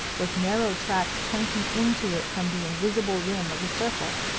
with narrow tracks pointing in to it from the invisible rim of a circle,